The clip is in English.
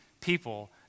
people